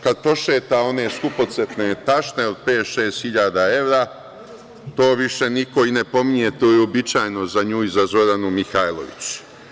Kada prošeta one skupocene tašne od 5.000, 6.000 evra, to više niko i ne pominje, to je uobičajeno za nju i za Zoranu Mihajlović.